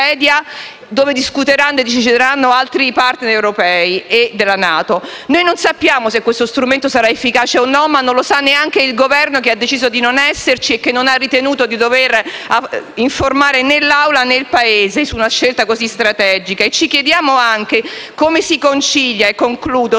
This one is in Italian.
dove discuteranno e si siederanno altri *partner* europei e della NATO. Noi non sappiamo se questo strumento sarà efficace o no ma non lo sa neanche il Governo che ha deciso di non esserci e che non ha ritenuto di dover informare né l'Aula, né il Paese su una scelta così strategica e ci chiediamo anche come si concili tale